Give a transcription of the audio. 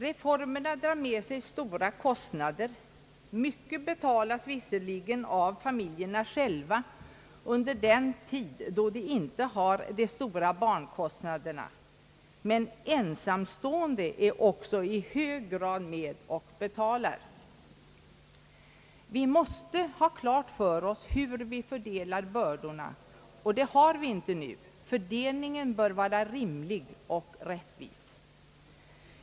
Reformerna drar med sig stora kostnader. Mycket betalas visserligen av familjerna själva under den tid då de inte har de stora barnkostnaderna, men de ensamstående är också i hög grad med och betalar. Vi måste ha klart för oss hur vi fördelar bördorna, och det har vi inte nu. Fördelningen bör vara rimlig och rättvis.